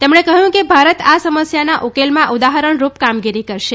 તેમણે કહ્યું કે ભારત આ સમસ્યાના ઉકેલમાં ઉદાહરણરૃપ કામગીરી કરશે